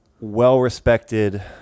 well-respected